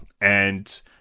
and-